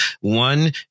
One